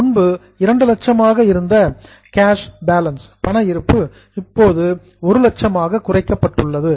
முன்பு 200000 ஆக இருந்த கேஷ் பேலன்ஸ் பண இருப்பு இப்போது 100000 ஆக குறைக்கப்பட்டுள்ளது